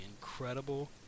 Incredible